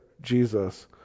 Jesus